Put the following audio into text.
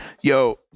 yo